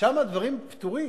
שם הדברים פטורים.